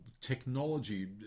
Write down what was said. technology